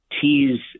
tease